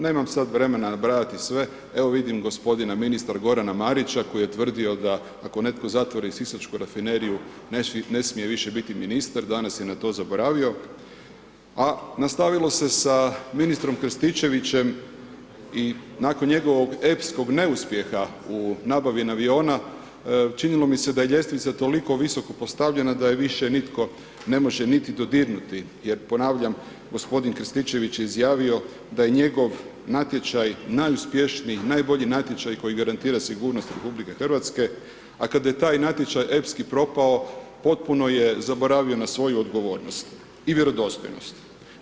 Nemam sad vremena nabrajati sve, evo vidim gospodina ministra Gorana Marića koji je tvrdio da ako netko zatvori sisačku rafineriju ne smije više biti ministra, danas je na to zaboravio, a nastavilo se sa ministrom Krstičevićem i nakon njegovog epskog neuspjeha u nabavi aviona činilo mi se da je ljestvica toliko visoko postavljena da je više nitko ne može niti dodirnuti, jel ponavljam gospodin Krstičević je izjavio da je njegov natječaj najuspješniji, najbolji natječaj koji garantira sigurnost RH, a kada je taj natječaj epski propao potpuno je zaboravio na svoju odgovornost i vjerodostojnost.